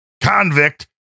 convict